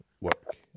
work